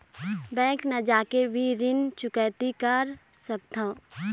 Bank न जाके भी ऋण चुकैती कर सकथों?